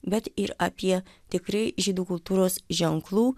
bet ir apie tikrai žydų kultūros ženklų